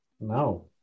No